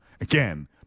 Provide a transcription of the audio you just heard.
Again